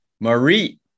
Marie